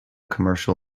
commercial